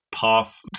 path